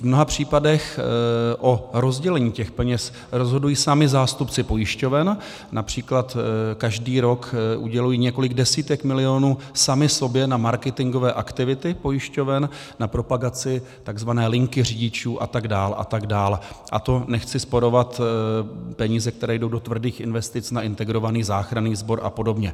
V mnoha případech o rozdělení těch peněz rozhodují sami zástupci pojišťoven, například každý rok udělují několik desítek milionů sami sobě na marketingové aktivity pojišťoven, na propagaci tzv. linky řidičů atd., atd., a to nechci sporovat peníze, které jdou do tvrdých investic na integrovaný záchranný sbor apod.